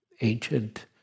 ancient